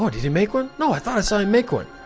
oh, did he make one? no, i thought i saw him make one.